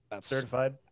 certified